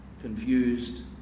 confused